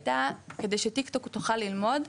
הייתה כדי שטיקטוק תוכל ללמוד,